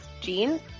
jeans